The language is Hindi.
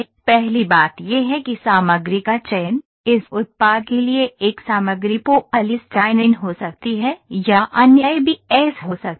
पहली बात यह है कि सामग्री का चयन इस उत्पाद के लिए एक सामग्री पॉलीस्टाइनिन हो सकती है या अन्य एबीएस हो सकती है